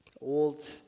old